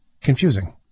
confusing